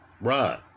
run